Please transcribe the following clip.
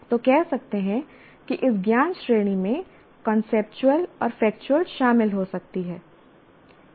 तो कह सकते हैं कि इस ज्ञान श्रेणी में कांसेप्चुअल और फेक्चुअल शामिल हो सकती है